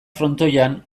frontoian